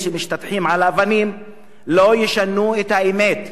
שמשתטחים על אבנים לא ישנו את האמת,